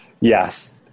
yes